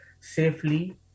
safely